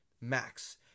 max